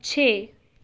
ਛੇ